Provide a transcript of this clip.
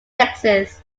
texas